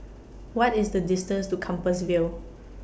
What IS The distance to Compassvale